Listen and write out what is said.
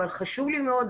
אבל חשוב לי מאוד,